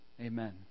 Amen